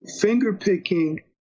finger-picking